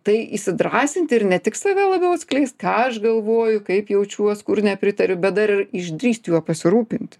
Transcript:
tai įsidrąsint ir ne tik save labiau atskleist ką aš galvoju kaip jaučiuos kur nepritariu bet dar ir išdrįst juo pasirūpint